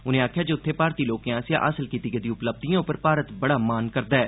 उनें आक्खेआ जे उत्थे भारतीय लोकें आस्सेआ हासल कीती गेदियें उपलब्धियें उप्पर भारत बड़ा मान करदा ऐ